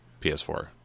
ps4